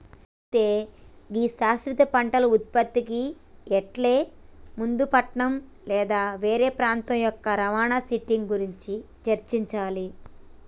అయితే గీ శాశ్వత పంటల ఉత్పత్తికి ఎళ్లే ముందు పట్నం లేదా వేరే ప్రాంతం యొక్క రవాణా సెట్టింగ్ గురించి చర్చించాలి